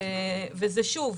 שוב,